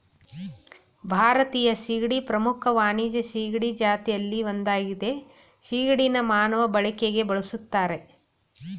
ಭಾರತೀಯ ಸೀಗಡಿ ಪ್ರಮುಖ ವಾಣಿಜ್ಯ ಸೀಗಡಿ ಜಾತಿಲಿ ಒಂದಾಗಯ್ತೆ ಸಿಗಡಿನ ಮಾನವ ಬಳಕೆಗೆ ಬಳುಸ್ತರೆ